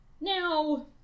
Now